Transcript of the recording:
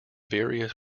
various